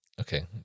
Okay